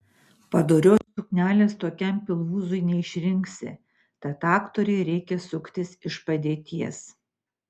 padorios suknelės tokiam pilvūzui neišrinksi tad aktorei reikia suktis iš padėties